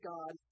God